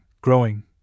growing